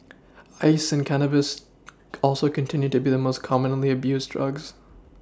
ice and cannabis also continue to be the most commonly abused drugs